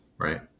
right